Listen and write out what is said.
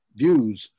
views